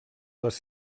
les